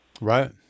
Right